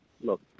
look